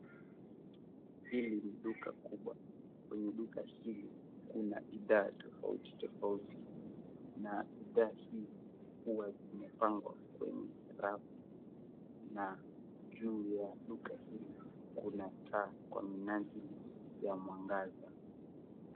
Hili ni duka kubwa. Kwenye duka hili, kuna bidhaa tofauti tofauti na bidhaa hizi huwa zimepangwa kwenye rafu na juu ya duka hili kuna taa kwa minajili ya mwangaza.